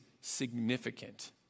significant